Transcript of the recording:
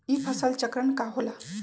ई फसल चक्रण का होला?